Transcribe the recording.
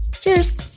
Cheers